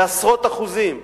בעשרות אחוזים.